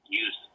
use